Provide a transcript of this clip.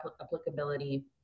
applicability